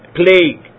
plague